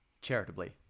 Charitably